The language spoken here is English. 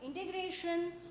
integration